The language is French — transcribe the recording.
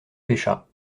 pêcha